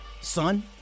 Son